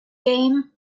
game